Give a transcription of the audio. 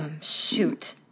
Shoot